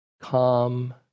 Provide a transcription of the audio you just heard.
calm